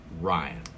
Ryan